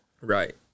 Right